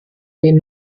den